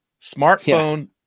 Smartphone